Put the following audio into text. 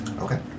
Okay